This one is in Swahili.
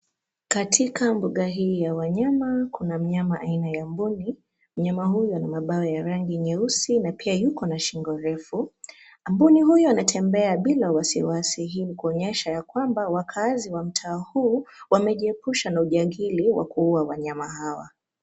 Katika mbuga hii ya wanyama, kuna mnyama aina ya mbuni. Mnyama huyu ana mabawa ya rangi nyeusi, na pia yuko na shingo refu, ambayo ni huyu anatembea bila wasiwasi. Hii ni kuonyesha ya kwamba wakaazi wa mtaa huu, wamejiepusha na ujangili, wa kuua wanyama hawa.